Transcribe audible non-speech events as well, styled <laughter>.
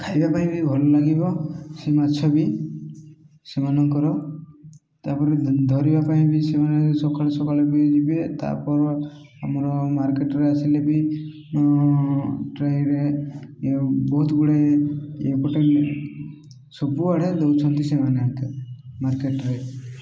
ଖାଇବା ପାଇଁ ବି ଭଲ ଲାଗିବ ସେ ମାଛ ବି ସେମାନଙ୍କର ତା'ପରେ ବି ଧରିବା ପାଇଁ ବି ସେମାନେ ସକାଳୁ ସକାଳୁ ବି ଯିବେ ତା'ପର ଆମର ମାର୍କେଟ୍ରେ ଆସିଲେ ବି ଟ୍ରେରେ ବହୁତ ଗୁଡ଼ାଏ <unintelligible> ସବୁଆଡ଼େ ଦଉଛନ୍ତି ସେମାନଙ୍କେ ମାର୍କେଟରେ